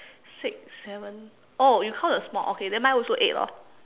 six seven oh you count the small okay then mine also eight lor